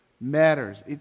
matters